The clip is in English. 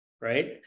Right